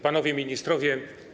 Panowie Ministrowie!